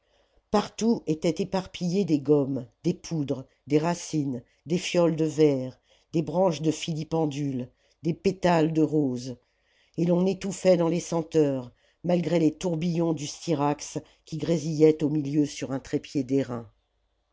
partout étaient éparpillés des gommes des poudres des racines des fioles de verre des branches de filipendule des pétales de roses et l'on étouffait dans les senteurs malgré les tourbillons du styrax qui grésillait au milieu sur un trépied d'airain